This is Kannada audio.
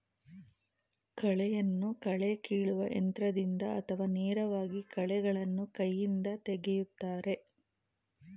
ಕಳೆಯನ್ನು ಕಳೆ ಕೀಲುವ ಯಂತ್ರದಿಂದ ಅಥವಾ ನೇರವಾಗಿ ಕಳೆಗಳನ್ನು ಕೈಯಿಂದ ತೆಗೆಯುತ್ತಾರೆ